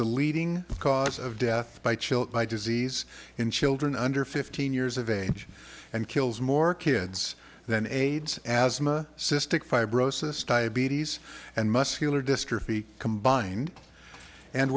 the leading cause of death by chilled by disease in children under fifteen years of age and kills more kids than aids asthma cystic fibrosis diabetes and muscular dystrophy combined and